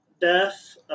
death